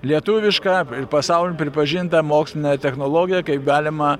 lietuvišką pasaulyje pripažintą mokslinę technologiją kaip galima